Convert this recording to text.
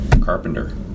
Carpenter